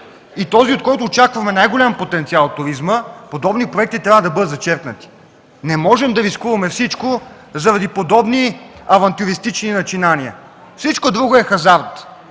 и този, от който очакваме най-голям потенциал – туризма, подобни проекти трябва да бъдат зачеркнати. Не можем да рискуваме всичко заради подобни авантюристични начинания. Всичко друго е хазарт!